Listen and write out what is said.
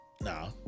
Nah